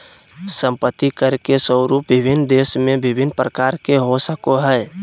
संपत्ति कर के स्वरूप विभिन्न देश में भिन्न प्रकार के हो सको हइ